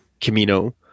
Camino